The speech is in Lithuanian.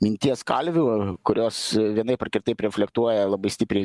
minties kalvių kurios vienaip ar kitaip reflektuoja labai stipriai